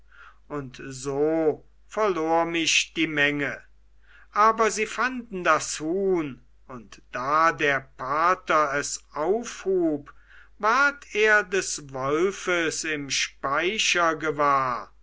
und so verlor mich die menge aber sie fanden das huhn und da der pater es aufhub ward er des wolfes im speicher gewahr